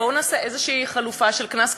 בואו נעשה איזושהי חלופה של קנס כספי,